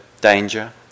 danger